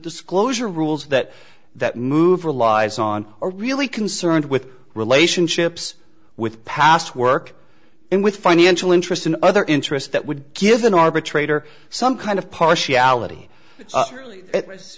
disclosure rules that that move relies on are really concerned with relationships with past work and with financial interests and other interests that would give an arbitrator some kind of partiality